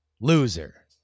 loser